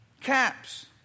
Caps